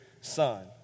Son